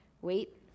Wait